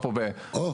או,